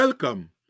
Welcome